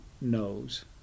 knows